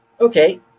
okay